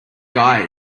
guy